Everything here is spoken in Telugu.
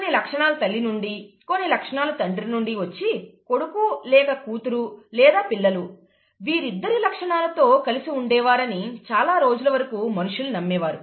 కొన్ని లక్షణాలు తల్లి నుంచి కొన్ని లక్షణాలు తండ్రి నుంచి వచ్చి కొడుకు లేక కూతురు లేదా పిల్లలు వీరిద్దరి లక్షణాలతో కలిసి ఉండేవారని చాలా రోజుల వరకు మనుషులు నమ్మేవారు